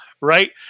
right